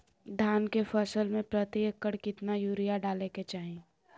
धान के फसल में प्रति एकड़ कितना यूरिया डाले के चाहि?